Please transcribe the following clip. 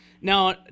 now